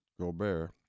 Gobert